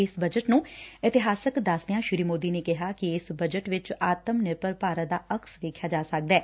ਇਸ ਬਜਟ ਨੰ ਇਤਿਹਾਸਕ ਦਸਦਿਆਂ ਸੀ ਮੋਦੀ ਨੇ ਕਿਹਾ ਕਿ ਇਸ ਬਜਟ ਵਿਚ ਆਤਮ ਨਿਰਭਰ ਭਾਰਤ ਦਾ ਅਕਸ ਵੇਖਿਆ ਜਾ ਸਕਦੈ